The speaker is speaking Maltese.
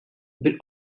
bil